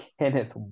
Kenneth